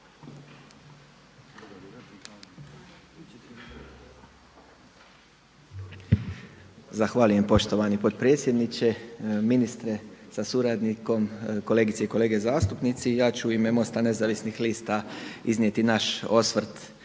Zahvaljujem poštovani potpredsjedniče, ministre sa suradnikom, kolegice i kolege zastupnici. Ja ću u ime MOST-a nezavisnih lista iznijeti naš osvrt